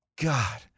God